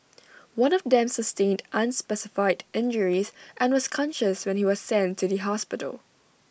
one of them sustained unspecified injuries and was conscious when he was sent to the hospital